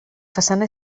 façana